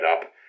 up